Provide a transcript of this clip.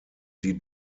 sie